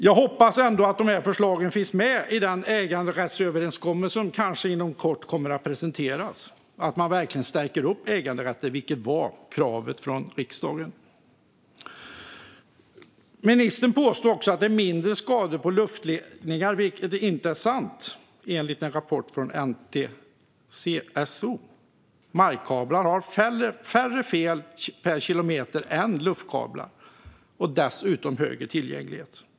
Jag hoppas ändå att de här förslagen kommer att finnas med i den äganderättsöverenskommelse som kanske kommer att presenteras inom kort och att man verkligen stärker äganderätten, vilket var kravet från riksdagen. Ministern påstår också att det blir mindre skador på luftledningar. Det är, enligt en rapport från ENTSO-E, inte sant. Markkablar har färre fel per kilometer än luftkablar och har dessutom högre tillgänglighet.